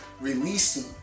releasing